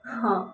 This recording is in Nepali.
अँ